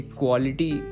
quality